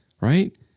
right